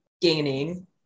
gaining